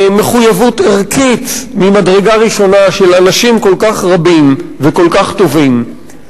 מחויבות ערכית ממדרגה ראשונה של אנשים כל כך רבים וכל כך טובים,